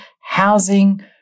housing